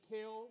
killed